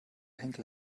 henkel